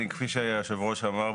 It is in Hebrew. כפי שיושב הראש אמר,